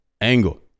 angle